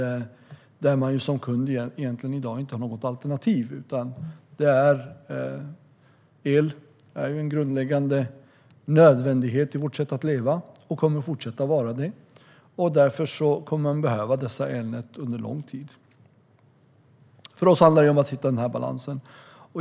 Som kund har man egentligen inga alternativ. El är en nödvändighet för vårt sätt att leva och kommer att fortsätta vara det. Därför kommer man att behöva dessa elnät under lång tid. För oss handlar det om att hitta den balansen.